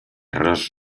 ross